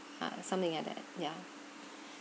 ah something like that ya